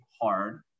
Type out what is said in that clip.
hard